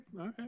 Okay